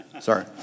sorry